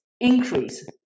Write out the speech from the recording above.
increase